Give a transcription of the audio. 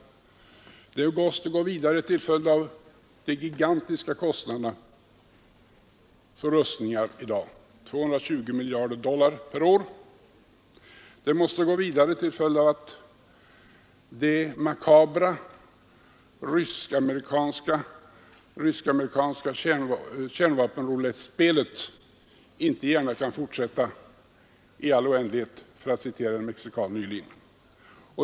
Det måste gå vidare till följd av de gigantiska kostnaderna för rustningar i dag, 220 miljarder dollar per år. Det måste gå vidare till följd av att det makabra rysk-amerikanska kärnvapenrulettspelet inte gärna kan fortsätta i all oändlighet, för att citera en mexikan nyligen.